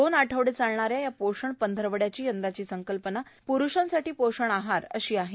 दोन आठवडे चालणाऱ्या या पोषण पंधरवाडयाची यंदाची संकल्पना प्रुषांसाठी पोषणहार अशी आहे